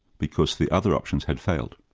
because the other options had failed.